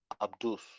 Abdus